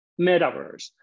metaverse